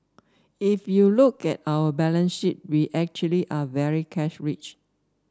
if you look at our balance sheet we actually are very cash rich